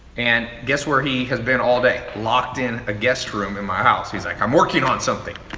and guess where he has been all day. locked in a guest room in my house. he's like, i'm working on something.